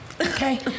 Okay